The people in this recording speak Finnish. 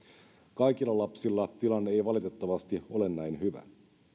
kaikilla lapsilla tilanne ei valitettavasti ole näin hyvä